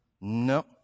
no